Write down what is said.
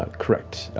ah correct.